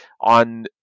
on